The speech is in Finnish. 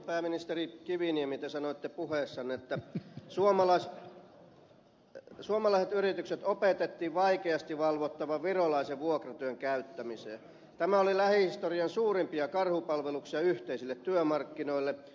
pääministeri kiviniemi te sanoitte puheessanne että suomalaiset yritykset opetettiin vaikeasti valvottavan virolaisen vuokratyön käyttämiseen ja tämä oli lähihistorian suurimpia karhunpalveluksia yhteisille työmarkkinoille